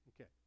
Okay